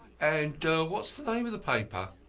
and what's the name of the paper?